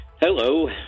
Hello